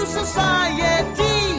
society